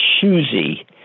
choosy